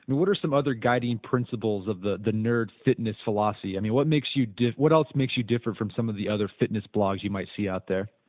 and what are some other guiding principles of the the nerd fitness philosophy, i mean what makes you what else makes you different from some of the other fitness blogs you might see out there?